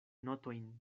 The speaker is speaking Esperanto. notojn